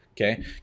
Okay